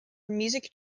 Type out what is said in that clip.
music